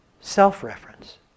self-reference